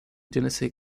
genesee